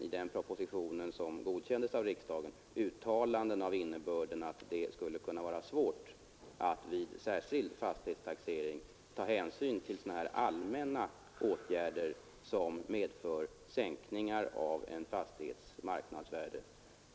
I den propositionen, som alltså godkändes av riksdagen, gjordes nämligen uttalanden av innebörd att det skulle vara svårt att vid särskild fastighetstaxering ta hänsyn till allmänna åtgärder som medför sänkningar av en fastighets marknadsvärde.